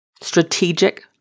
strategic